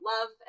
Love